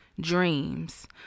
dreams